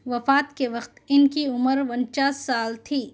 وفات کے وقت ان کی عمر انچاس سال تھی